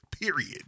Period